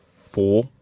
four